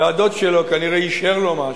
והדוד שלו כנראה אישר לו משהו.